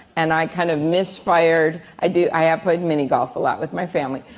and i kind of misfired. i do i have played mini golf a lot with my family.